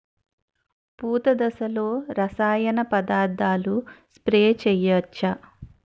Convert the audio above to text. పూత దశలో రసాయన పదార్థాలు స్ప్రే చేయచ్చ?